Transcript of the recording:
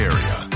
Area